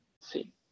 see